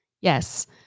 yes